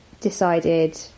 decided